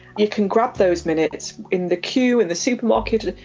you can grab those minutes in the queue in the supermarket,